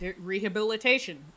rehabilitation